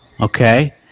Okay